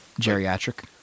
Geriatric